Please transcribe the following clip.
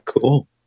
cool